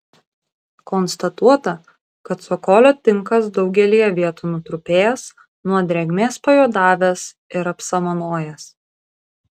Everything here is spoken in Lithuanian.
konstatuota kad cokolio tinkas daugelyje vietų nutrupėjęs nuo drėgmės pajuodavęs ir apsamanojęs